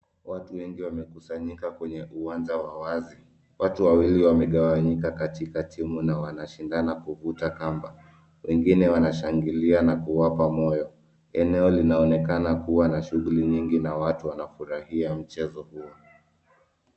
Watu wengi wamekusanyika kwenye uwanja wa wazi, watu wawili wamegawanyika katikati na wanashindana kuvuta kamba, wengine wanashangilia na kuwapa moyo eneo linaonekana kuwa na shughuli nyingi na watu wanafurahia mchezo huo.